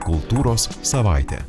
kultūros savaitė